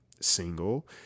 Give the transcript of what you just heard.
single